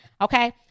Okay